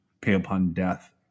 pay-upon-death